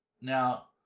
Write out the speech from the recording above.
Now